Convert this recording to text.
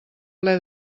ple